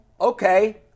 okay